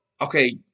okay